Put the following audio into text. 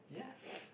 yeah